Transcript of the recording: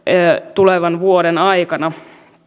tulevan vuoden aikana